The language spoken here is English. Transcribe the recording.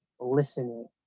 listening